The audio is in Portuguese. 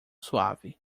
suave